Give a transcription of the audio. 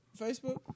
Facebook